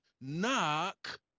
Knock